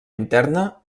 interna